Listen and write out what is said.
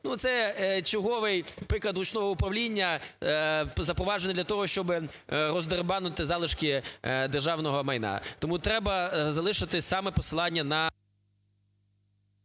це черговий приклад ручного управління, запроваджений для того, щобироздерибанити залишки державного майна. Тому треба залишити саме посилання на…